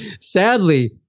sadly